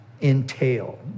entail